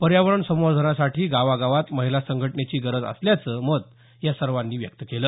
पर्यावरण संवर्धनसाठी गावागावात महिला संघटनेची गरज असल्याचं मत या सर्वांनी व्यक्त केलं